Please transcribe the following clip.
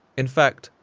in fact,